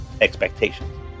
expectations